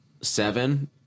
seven